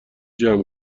جمع